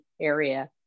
area